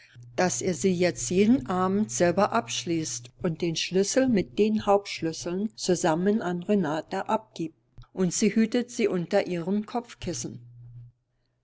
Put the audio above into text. daß er sie jetzt jeden abend selber abschließt und den schlüssel mit den hauptschlüsseln zusammen an renata abgibt und sie hütet sie unter ihrem kopfkissen